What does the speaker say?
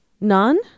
None